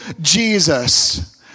Jesus